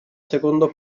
secondo